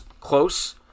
close